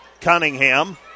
Cunningham